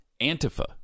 Antifa